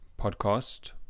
podcast